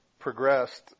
progressed